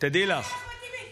אחמד טיבי,